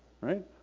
right